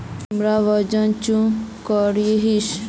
तुमरा वजन चाँ करोहिस?